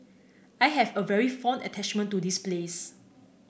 I have a very fond attachment to this place